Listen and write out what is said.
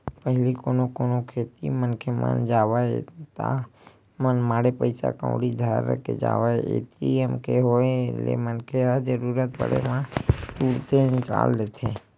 पहिली कोनो कोती मनखे मन जावय ता मनमाड़े पइसा कउड़ी धर के जावय ए.टी.एम के होय ले मनखे ह जरुरत पड़े म तुरते निकाल लेथे